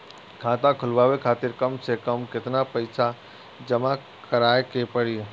खाता खुलवाये खातिर कम से कम केतना पईसा जमा काराये के पड़ी?